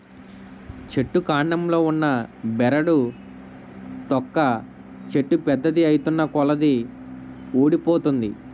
చెట్టు కాండంలో ఉన్న బెరడు తొక్క చెట్టు పెద్దది ఐతున్నకొలది వూడిపోతుంది